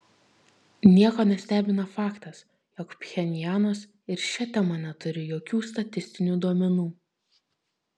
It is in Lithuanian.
nieko nestebina faktas jog pchenjanas ir šia tema neturi jokių statistinių duomenų